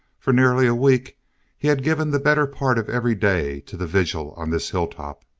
for nearly a week he had given the better part of every day to the vigil on this hilltop.